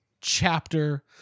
chapter